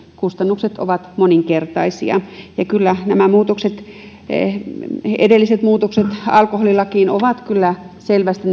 kustannukset ovat moninkertaisia ja kyllä nämä edelliset muutokset alkoholilakiin ovat kyllä selvästi